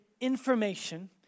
information